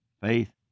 faith